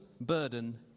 burden